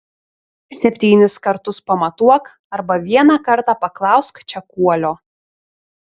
septynis kartus pamatuok arba vieną kartą paklausk čekuolio